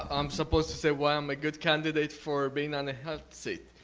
i'm supposed to say why i'm a good candidate for being on the hot seat.